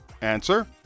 Answer